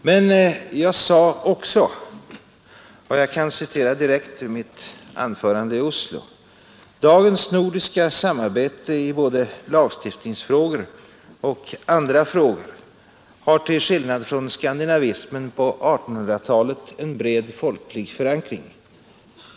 Men jag sade också — och jag kan citera direkt ur mitt anförande i Oslo: ”Dagens nordiska samarbete i både lagstiftningsfrågor och andra frågor har till skillnad från skandinavismen på 1800-talet en bred folklig förankring.